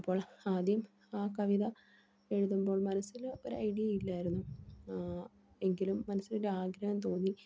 അപ്പോൾ ആദ്യം ആ കവിത എഴുതുമ്പോൾ മനസ്സില് ഒ ഐഡിയ ഇല്ലായിരുന്നു എങ്കിലും മനസ്സിലൊരുരാഗ്രഹം തോന്നി